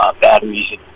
batteries